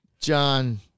John